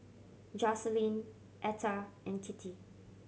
Jocelyne Etta and Kittie